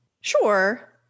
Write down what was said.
Sure